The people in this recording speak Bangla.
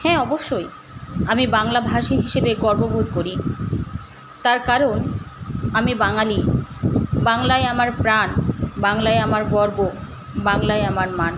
হ্যাঁ অবশ্যই আমি বাংলাভাষী হিসেবে গর্ববোধ করি তার কারণ আমি বাঙালি বাংলাই আমার প্রাণ বাংলাই আমার গর্ব বাংলাই আমার মান